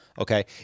Okay